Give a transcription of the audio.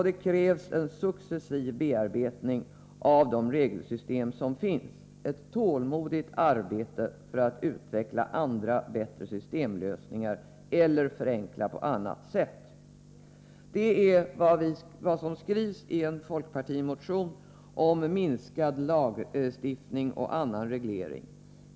Det krävs vidare en successiv bearbetning av de regelsystem som finns — ett tålmodigt arbete för att utveckla andra, bättre systemlösningar eller förenkla på annat sätt. Detta är vad som skrivs i en folkpartimotion om minskad lagstiftning och annan reglering.